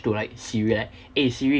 to siri eh siri